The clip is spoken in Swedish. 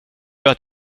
att